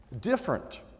different